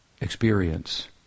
experience